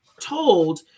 told